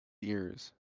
ears